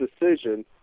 decision